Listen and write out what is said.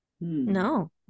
no